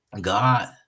God